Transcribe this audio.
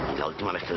tell